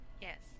Yes